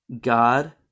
God